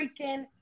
freaking